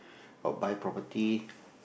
or buy property